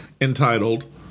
entitled